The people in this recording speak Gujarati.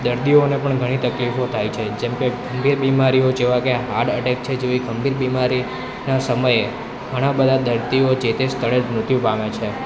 દર્દીઓને પણ ઘણી તકલીફો થાય છે જેમકે ગંભીર બીમારીઓ જેવા કે હાડ અટેક છે જેવી ગંભીર બીમારીના સમયે ઘણા બધા દર્દીઓ જે તે સ્થળે જ મૃત્યુ પામે છે